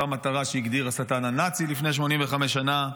אותה מטרה שהגדיר השטן הנאצי לפני 85 שנה,